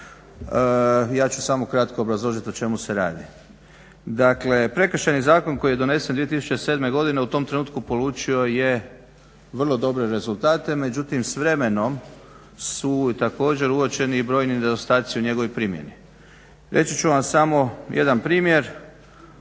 Ja ću samo kratko obrazložiti o čemu se radi. Dakle, Prekršajni zakon koji je donesen 2007.godine u tom trenutku polučio je vrlo dobre rezultate međutim s vremenom su također uočeni i brojni nedostaci u njegovoj primjeni. Reći ću vam samo jedan primjer,